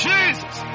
Jesus